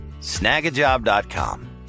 Snagajob.com